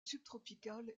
subtropicales